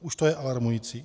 Už to je alarmující.